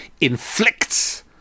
inflicts